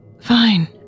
Fine